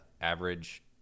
average